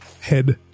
head